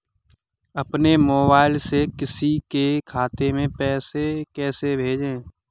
अपने मोबाइल से किसी के खाते में पैसे कैसे भेजें?